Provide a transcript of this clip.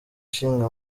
ishinga